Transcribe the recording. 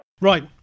Right